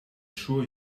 sure